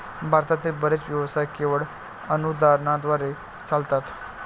भारतातील बरेच व्यवसाय केवळ अनुदानाद्वारे चालतात